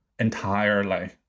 entirely